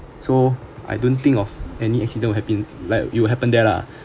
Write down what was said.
so I don't think of any accidents would have been like it will happen there lah